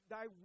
Thy